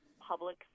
public